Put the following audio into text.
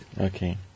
Okay